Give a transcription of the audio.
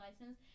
license